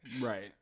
Right